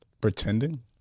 Pretending